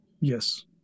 Yes